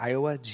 Iowa